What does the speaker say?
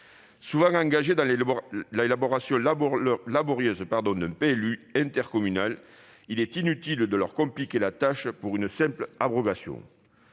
souvent engagées dans l'élaboration laborieuse d'un PLUi, il est inutile de leur compliquer la tâche pour une simple abrogation.